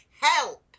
help